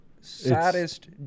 saddest